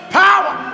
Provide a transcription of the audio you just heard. power